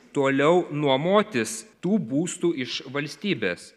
toliau nuomotis tų būstų iš valstybės